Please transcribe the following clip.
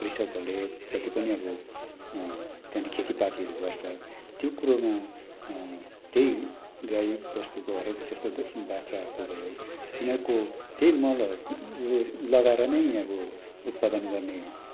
कृषकहरूले जति पनि अब त्यहाँ खेतीपातीहरू गर्छ त्यो कुरोमा त्यही गाई बस्तुको हरेक जस्तोको बाख्राहरूको भयो तिनीहरूको त्यही मल लगाएर नै अब उत्पादन गर्ने